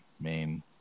main